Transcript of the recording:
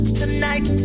tonight